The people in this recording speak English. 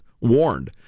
warned